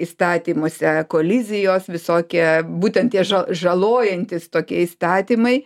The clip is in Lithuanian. įstatymuose kolizijos visokie būtent tie ža žalojantys tokie įstatymai